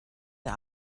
der